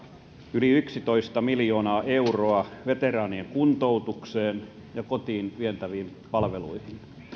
yli yksitoista miljoonaa euroa veteraanien kuntoutukseen ja kotiin vietäviin palveluihin